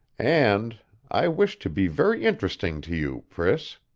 and i wish to be very interesting to you, priss.